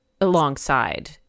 alongside